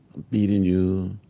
beating you,